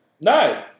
no